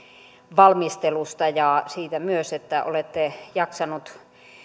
valmistelusta ja myös siitä että olette jaksanut